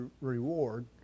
reward